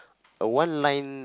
a one line